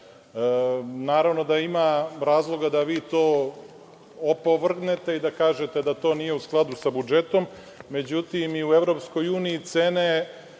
veći. Naravno, da ima razloga da vi to opovrgnete i da kažete da to nije u skladu sa budžetom. Međutim i u EU cene